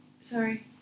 Sorry